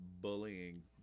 bullying